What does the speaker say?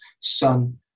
Son